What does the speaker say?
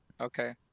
Okay